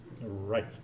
right